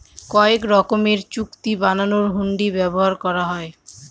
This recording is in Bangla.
কয়েক রকমের চুক্তি বানানোর হুন্ডি ব্যবহার করা হয়